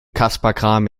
kasperkram